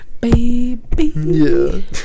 Baby